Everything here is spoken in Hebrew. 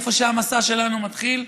איפה שהמסע שלנו מתחיל,